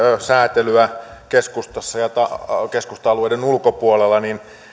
sääntelyä keskustassa ja keskusta alueiden ulkopuolella